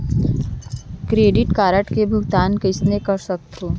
Credit card के भुगतान कईसने कर सकथो?